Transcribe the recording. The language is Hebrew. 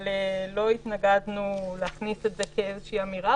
אבל אנחנו לא מתנגדים להכניס את זה כאמירה,